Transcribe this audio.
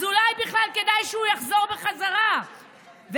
אז אולי בכלל כדאי שהוא יחזור בחזרה ואז